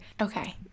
okay